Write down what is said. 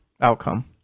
outcome